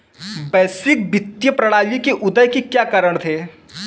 वैश्विक वित्तीय प्रणाली के उदय के क्या कारण थे?